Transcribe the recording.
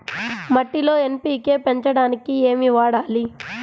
మట్టిలో ఎన్.పీ.కే పెంచడానికి ఏమి వాడాలి?